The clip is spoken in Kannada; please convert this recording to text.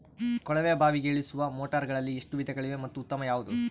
ಕೊಳವೆ ಬಾವಿಗೆ ಇಳಿಸುವ ಮೋಟಾರುಗಳಲ್ಲಿ ಎಷ್ಟು ವಿಧಗಳಿವೆ ಮತ್ತು ಉತ್ತಮ ಯಾವುದು?